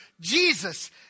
Jesus